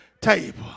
table